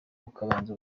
ukabanza